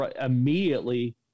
immediately